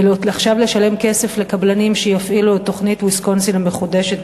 ועכשיו לשלם כסף לקבלנים שיפעילו את תוכנית ויסקונסין המחודשת,